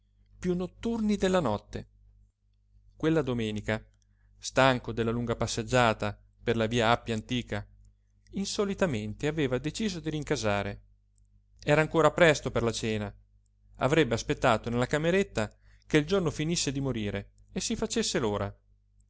piú notturni della notte quella domenica stanco della lunga passeggiata per la via appia antica insolitamente aveva deciso di rincasare era ancora presto per la cena avrebbe aspettato nella cameretta che il giorno finisse di morire e si facesse